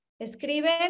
escriben